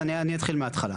אז אני אתחיל מהתחלה.